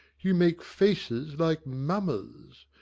you make faces like mummers,